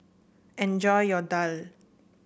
enjoy your Daal